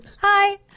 Hi